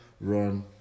run